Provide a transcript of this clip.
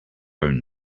own